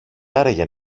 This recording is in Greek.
άραγε